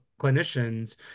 clinicians